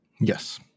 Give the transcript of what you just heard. Yes